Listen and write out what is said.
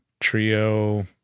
trio